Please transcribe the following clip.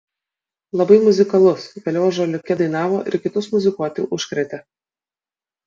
labai muzikalus vėliau ąžuoliuke dainavo ir kitus muzikuoti užkrėtė